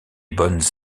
bonnes